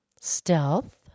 Stealth